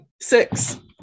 Six